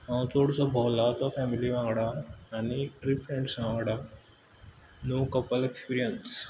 हांव चोडसो भोंवला तो फॅमिली वांगडा आनी ट्रीप फ्रँडसा वांगडा नो कपल एक्सपिरीयन्स